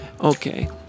Okay